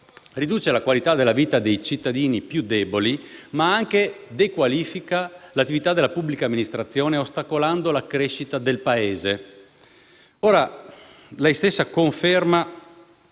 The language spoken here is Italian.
riduce la qualità della vita dei cittadini più deboli, ma dequalifica anche l'attività della pubblica amministrazione ostacolando la crescita del Paese. Ora, lei stessa conferma